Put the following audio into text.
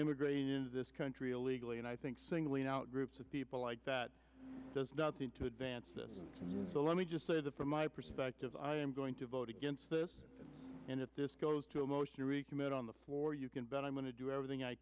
integrated into this country illegally and i think singling out groups of people like that does nothing to advance so let me just say that from my perspective i am going to vote against this and if this goes to a motion to recommit on the floor you can bet i'm going to do everything i